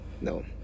No